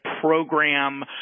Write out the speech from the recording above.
program